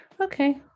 Okay